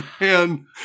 Man